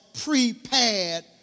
prepared